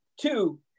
two